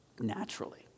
naturally